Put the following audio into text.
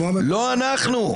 לא אנחנו.